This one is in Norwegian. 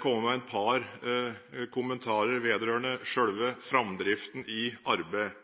komme med et par kommentarer vedrørende selve framdriften i arbeidet.